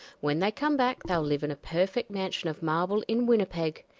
when they come back they'll live in a perfect mansion of marble in winnipeg.